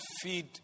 feed